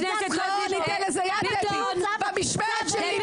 חברת הכנסת גוטליב --- לא ניתן לזה יד במשמרת שלי,